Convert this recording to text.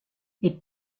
les